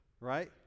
right